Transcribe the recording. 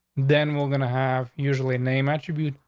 then we're gonna have usually name it should be,